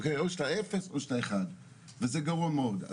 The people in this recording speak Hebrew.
אוקי, או שאתה אפס, או שאתה אחד וזה גרוע מאוד.